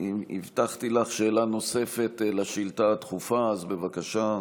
הבטחתי לך שאלה נוספת לשאילתה הדחופה, אז בבקשה.